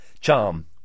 Charm